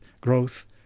growth